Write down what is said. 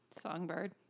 Songbird